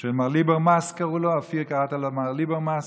שמר ליברמס, קראו לו, אופיר, קראת לו מר ליברמס,